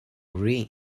rih